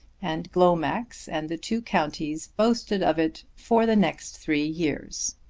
and glomax and the two counties boasted of it for the next three years.